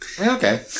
Okay